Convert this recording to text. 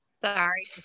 Sorry